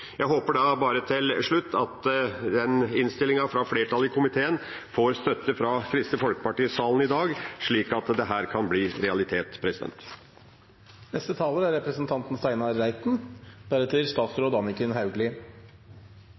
Jeg håper da bare til slutt at den innstillinga fra flertallet i komiteen får støtte fra Kristelig Folkeparti i salen i dag, slik at dette kan bli realitet.